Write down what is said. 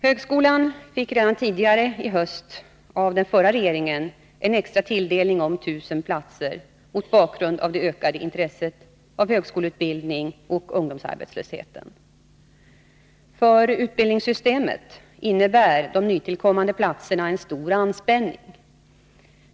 Högskolan fick redan tidigare i höst av den förra regeringen en extra tilldelning med 1 000 platser mot bakgrund av dels det ökade intresset för högskoleutbildning, dels ungdomsarbetslösheten. För utbildningssystemet innebär de nytillkommande platserna en stor anspänning.